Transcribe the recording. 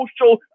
social